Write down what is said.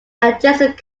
adjacent